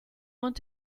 want